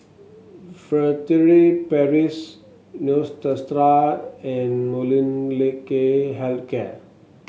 Furtere Paris Neostrata and Molnylcke Health Care